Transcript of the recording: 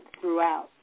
throughout